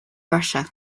russia